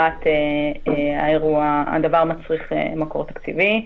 האחת, הדבר מצריך מקור תקציבי,